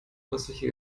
häusliche